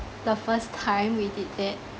the first time we did that